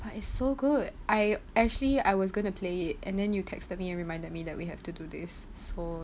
but it's so good I actually I was going to play and then you texted me and reminded me that we have to do this so